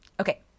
Okay